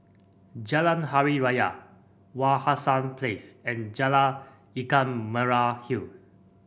Jalan Hari Raya Wak Hassan Place and Jalan Ikan Merah Hill